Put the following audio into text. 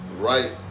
right